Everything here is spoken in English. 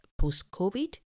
post-COVID